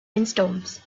windstorms